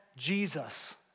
Jesus